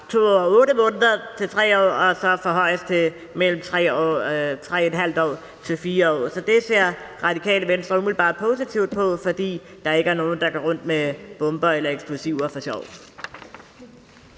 2 år 8 måneder og 3 år og så forhøjes til mellem 3½ år og 4 år. Så det ser Radikale Venstre umiddelbart positivt på, fordi der ikke er nogen, der går rundt med bomber eller eksplosiver for sjov.